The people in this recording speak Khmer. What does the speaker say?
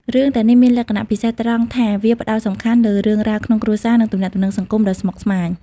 រឿងទាំងនេះមានលក្ខណៈពិសេសត្រង់ថាវាផ្តោតសំខាន់លើរឿងរ៉ាវក្នុងគ្រួសារ និងទំនាក់ទំនងសង្គមដ៏ស្មុគស្មាញ។